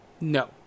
No